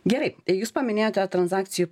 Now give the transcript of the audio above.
gerai jūs paminėjote transakcijų